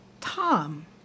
Tom